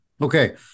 Okay